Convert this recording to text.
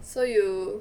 so you